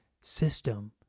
system